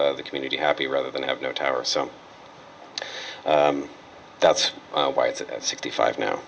the community happy rather than have no tower so that's why it's sixty five now